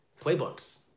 playbooks